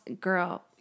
girl